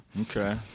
Okay